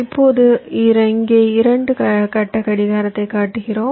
இப்போது இங்கே இரண்டு கட்ட கடிகாரத்தைக் காட்டுகிறோம்